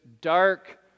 dark